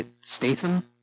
Statham